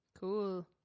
Cool